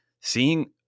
seeing